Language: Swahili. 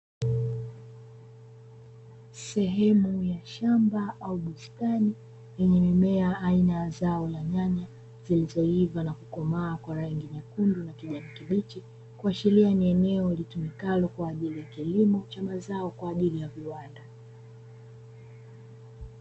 Sehemu ya shamba au bustani, lenye mimea aina ya zao la nyanya, zilizoiva na kukomaa kwa rangi nyekundu na kijani kibichi, kuashiria ni eneo litumikalo kwa ajili ya kilimo cha mazao, kwa ajili ya viwanda.